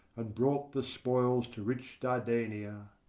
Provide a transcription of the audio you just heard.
and brought the spoils to rich dardania.